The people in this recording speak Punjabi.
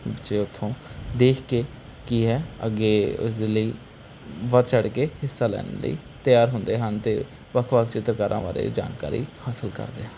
ਜੇ ਉੱਥੋਂ ਦੇਖ ਕੇ ਕੀ ਹੈ ਅੱਗੇ ਉਸਦੇ ਲਈ ਵੱਧ ਚੜ੍ਹ ਕੇ ਹਿੱਸਾ ਲੈਣ ਲਈ ਤਿਆਰ ਹੁੰਦੇ ਹਨ ਅਤੇ ਵੱਖ ਵੱਖ ਚਿੱਤਰਕਾਰਾਂ ਬਾਰੇ ਜਾਣਕਾਰੀ ਹਾਸਿਲ ਕਰਦੇ ਹਨ